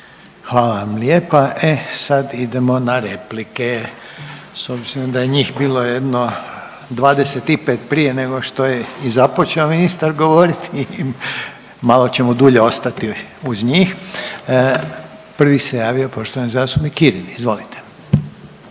Hvala vam lijepa. E sad idemo na replike. S obzirom da je njih bilo jedno 25 prije nego što je i započeo ministar govoriti malo ćemo dulje ostati uz njih. Prvi se javio poštovani zastupnik Kirin. Izvolite.